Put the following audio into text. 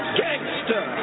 gangster